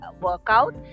workout